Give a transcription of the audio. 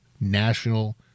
national